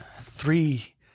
Three